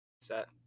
set